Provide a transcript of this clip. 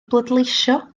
bleidleisio